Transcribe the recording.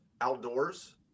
outdoors